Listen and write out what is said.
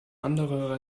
andere